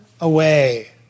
away